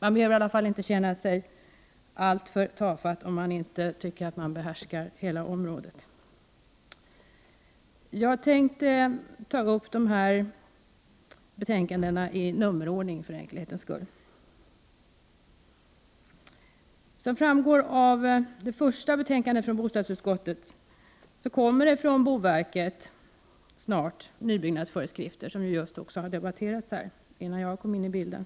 Man behöver i alla fall inte känna sig alltför tafatt, om man inte tycker att man behärskar hela området. Jag kommer för enkelhetens skull att ta upp betänkandena i nummerordning. Som framgår av bostadsutskottets betänkande nr I kommer det snart nybyggnadsföreskrifter från boverket, något som ju har debatterats här innan jag kom in i bilden.